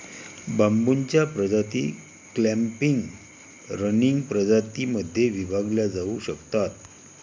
बांबूच्या प्रजाती clumping, running प्रजातीं मध्ये विभागल्या जाऊ शकतात